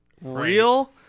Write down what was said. real